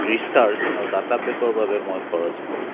recharge আৰু data পেকৰ বাবে মই খৰচ কৰোঁ